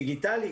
דיגיטלית.